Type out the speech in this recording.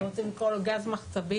אתם רוצים לקרוא לו גז מחצבים,